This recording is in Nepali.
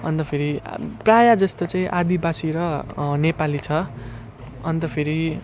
अन्त फेरि प्रायःजस्तो चाहिँ आदिवासी र नेपाली छ अन्त फेरि